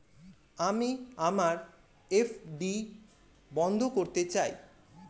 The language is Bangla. আমি আমার এফ.ডি বন্ধ করতে চাই